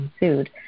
ensued